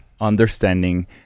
understanding